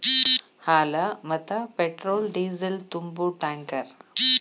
ಹಾಲ, ಮತ್ತ petrol diesel ತುಂಬು ಟ್ಯಾಂಕರ್